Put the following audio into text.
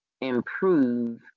improve